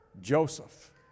Joseph